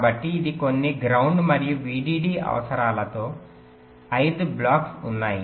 కాబట్టి ఇది కొన్ని గ్రౌండ్ మరియు VDD అవసరాలతో ఐదు బ్లాక్స్ ఉన్నాయి